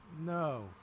No